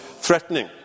threatening